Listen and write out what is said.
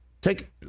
take